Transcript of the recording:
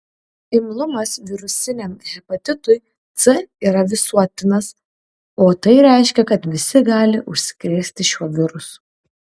imlumas virusiniam hepatitui c yra visuotinas o tai reiškia kad visi gali užsikrėsti šiuo virusu